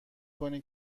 کنی